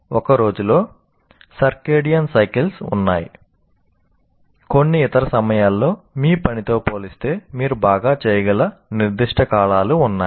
కాబట్టి ఒక రోజులో సిర్కాడియన్ సైకిల్స్ ఉన్నాయి కొన్ని ఇతర సమయాల్లో మీ పనితో పోలిస్తే మీరు బాగా చేయగల నిర్దిష్ట కాలాలు ఉన్నాయి